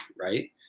right